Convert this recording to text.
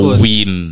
win